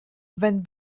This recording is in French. van